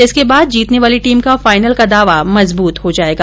इसके बाद जीतने वाली टीम का फाइनल का दावा मजबूत हो जायेगा